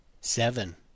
Seven